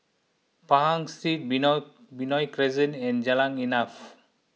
Pahang Street Benoi Benoi Crescent and Jalan Insaf